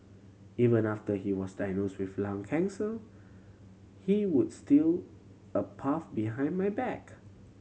even after he was diagnosed with lung cancer he would steal a puff behind my back